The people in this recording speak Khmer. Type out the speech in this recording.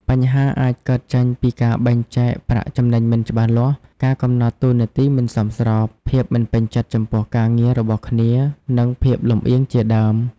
បញ្ហាអាចកើតចេញពីការបែងចែកប្រាក់ចំណេញមិនច្បាស់លាស់ ការកំណត់តួនាទីមិនសមស្រប ភាពមិនពេញចិត្តចំពោះការងាររបស់គ្នា និងភាពលម្អៀងជាដើម។